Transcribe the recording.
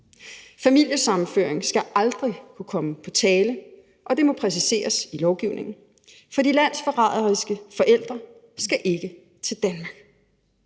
Familiesammenføring skal aldrig kunne komme på tale, og det må præciseres i lovgivningen, for de landsforræderiske forældre skal ikke til Danmark.